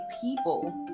people